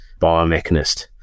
biomechanist